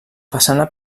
façana